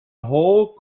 whole